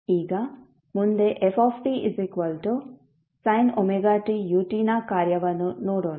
ಈಗ ಮುಂದೆ f sin ωtu ನ ಕಾರ್ಯವನ್ನು ನೋಡೋಣ